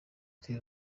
atuye